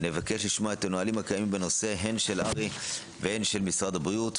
נבקש לשמוע את הנהלים הקיימים בנושא הן של הר"י והן של משרד הבריאות,